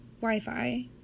Wi-Fi